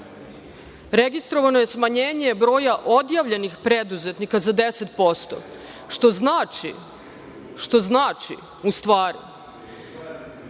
registrovano je smanjenje broja odjavljenih preduzetnika za 10%, što znači u stvari